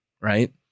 right